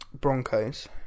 Broncos